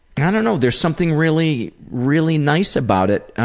kind of know, there's something really, really nice about it.